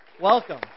Welcome